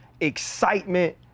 excitement